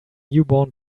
newborn